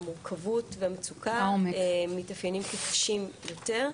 המורכבות והמצוקה מתאפיינים כקשים יותר.